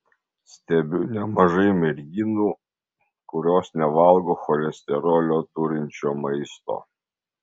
stebiu nemažai merginų kurios nevalgo cholesterolio turinčio maisto